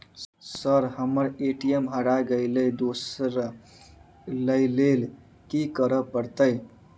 Sir हम्मर ATM हरा गइलए दोसर लईलैल की करऽ परतै?